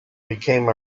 became